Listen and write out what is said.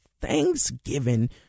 thanksgiving